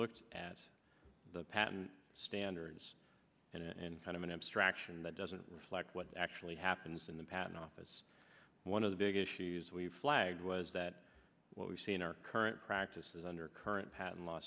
looked at the patent standards and kind of an abstraction that doesn't reflect what actually happens in the patent office one of the big issues we've flagged was that what we see in our current practices under current pa